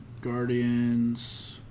Guardians